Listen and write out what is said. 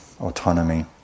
autonomy